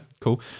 cool